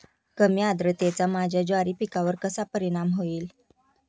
कमी आर्द्रतेचा माझ्या ज्वारी पिकावर कसा परिणाम होईल?